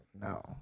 no